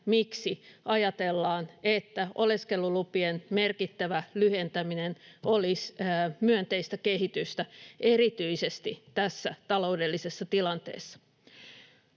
miksi ajatellaan, että oleskelulupien merkittävä lyhentäminen olisi myönteistä kehitystä erityisesti tässä taloudellisessa tilanteessa.